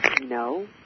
No